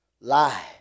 lie